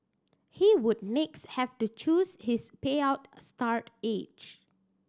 he would next have to choose his payout a start age